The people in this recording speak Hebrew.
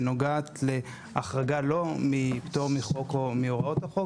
שנוגעת להחרגה לא מפטור מחוק או מהוראות החוק,